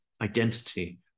identity